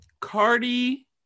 cardi